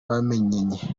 bamenyanye